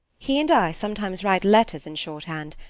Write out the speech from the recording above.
he and i sometimes write letters in shorthand,